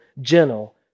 gentle